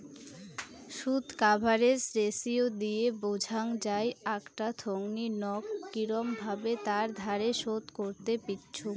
শুধ coverage ratio দিয়ে বোঝাং যাই আকটা থোঙনি নক কিরম ভাবে তার ধার শোধ করত পিচ্চুঙ